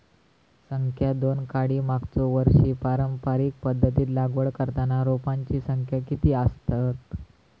संख्या दोन काडी मागचो वर्षी पारंपरिक पध्दतीत लागवड करताना रोपांची संख्या किती आसतत?